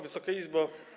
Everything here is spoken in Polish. Wysoka Izbo!